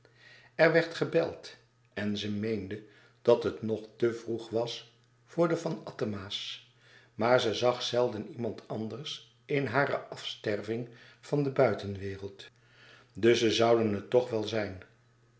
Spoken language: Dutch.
er werd gebeld en ze meende dat het nog te vroeg was voor de van attema's maar ze zag zelden iemand anders in hare afsterving van de buitenwereld dus ze zouden het toch wel zijn